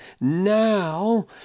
Now